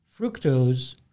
Fructose